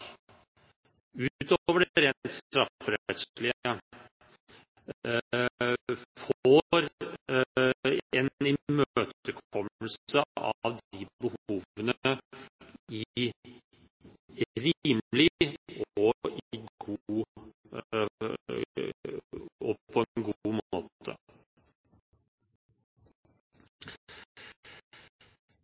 utover det rent strafferettslige, får en imøtekommelse av de behovene i rimelig tid og på en god måte.